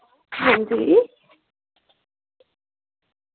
हां जी